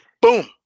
Boom